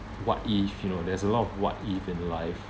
what if you know there's a lot of what if in life